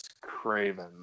Craven